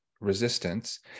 resistance